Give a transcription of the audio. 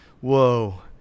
whoa